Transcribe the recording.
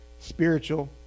Spiritual